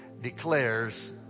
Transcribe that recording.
declares